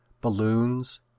balloons